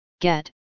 get